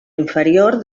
inferior